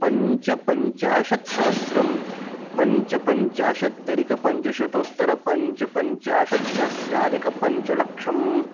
पञ्चपञ्चाशत्सहस्रं पञ्चपञ्चाशदधिकपञ्चशतोत्तरपञ्चपञ्चाशत्सहस्राधिकपञ्चलक्षम्